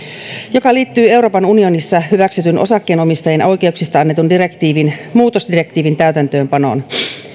joka liittyy euroopan unionissa hyväksytyn osakkeenomistajien oikeuksista annetun muutosdirektiivin täytäntöönpanoon